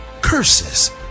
Curses